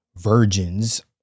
virgins